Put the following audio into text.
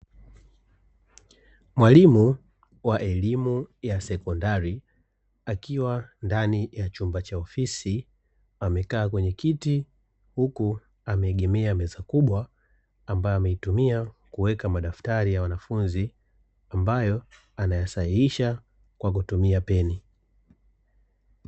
Mwalimu wa elimu ya sekondari akiwa ndani ya chumba cha ofisi, amekaa kwenye kiti huku ameegemea meza kubwa; ambayo ameitumia kuweka madaftari ya wanafunzi, ambayo anayasahihisha kwa kutumia peni.